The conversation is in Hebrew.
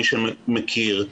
מי שמכיר.